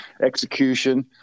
execution